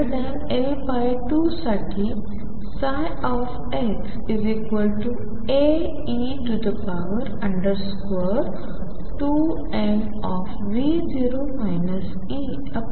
ते xL2 साठी xAe2m2x असेल Be √x ला समान तसेच x xL2